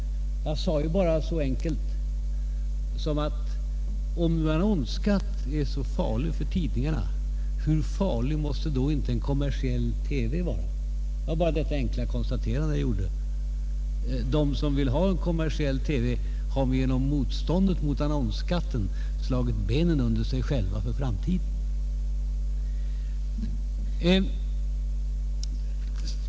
Jag sade bara att om annonsskatt är så farlig för tidningarna, hur farlig måste då inte en kommersiell TV vara? Det var detta enkla konstaterande jag gjorde. De som vill ha kommersiell TV har genom motståndet mot annonsskatten slagit undan benen under sig själva för framtiden.